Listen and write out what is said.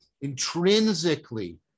intrinsically